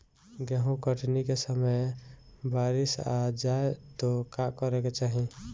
गेहुँ कटनी के समय बारीस आ जाए तो का करे के चाही?